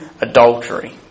adultery